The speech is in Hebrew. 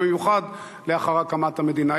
במיוחד לאחר הקמת המדינה.